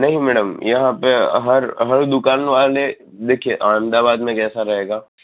નહીં મેડમ યહાં પે હર હર દુકાનવાલે દેખીએ અમદાવાદ મેં કૈસા રહેગા